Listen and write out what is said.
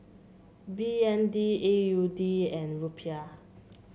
B N D A U D and Rupiah